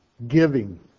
Giving